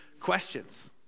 questions